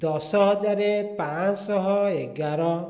ଦଶ ହଜାର ପାଞ୍ଚଶହ ଏଗାର